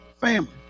family